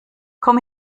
komm